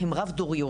הם רב דוריות,